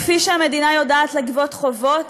כפי שהמדינה יודעת לגבות חובות,